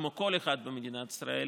כמו כל אחד במדינת ישראל,